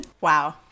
wow